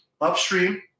Upstream